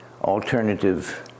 alternative